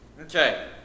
Okay